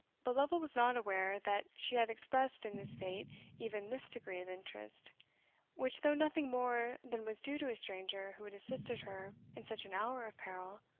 but lovel was not aware that she had expressed in his fate even this degree of interest which, though nothing more than was due to a stranger who had assisted her in such an hour of peril,